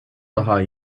daha